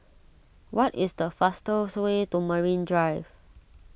what is the fastest way to Marine Drive